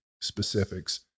specifics